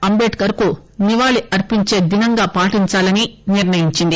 అంబేద్కర్ కు నివాళి అర్పించే దినంగా పాటించాలని నిర్ణయించింది